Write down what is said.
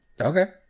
Okay